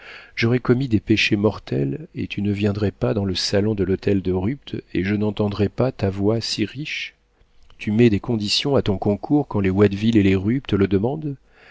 j'aurai commis des péchés mortels et tu ne viendrais pas dans le salon de l'hôtel de rupt et je n'entendrais pas ta voix si riche tu mets des conditions à ton concours quand les watteville et les rupt le demandent